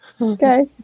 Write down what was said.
Okay